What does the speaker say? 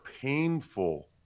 painful